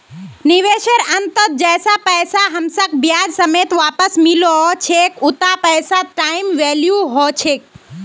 निवेशेर अंतत जैता पैसा हमसाक ब्याज समेत वापस मिलो छेक उता पैसार टाइम वैल्यू ह छेक